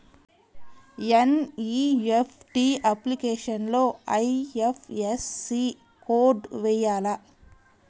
NEFT అప్లికేషన్లో IFSC code వేయాలా?